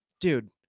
dude